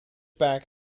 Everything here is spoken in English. back